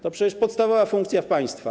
To przecież podstawowa funkcja państwa.